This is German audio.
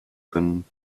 können